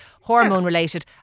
hormone-related